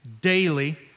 daily